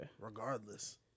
Regardless